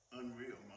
unreal